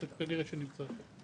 זה כנראה נמצא שם.